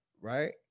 right